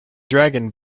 dragon